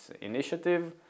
Initiative